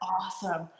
awesome